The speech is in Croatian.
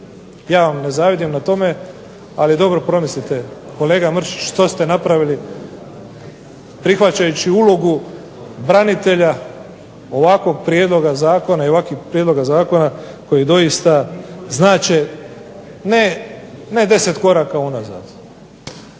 Ja vam ne zavidim na tome, ali dobro promislite kolega Mršiću što ste napravili prihvaćajući ulogu branitelja ovakvog prijedloga zakona i ovakvih prijedloga zakona koji doista znače ne 10 koraka unazad,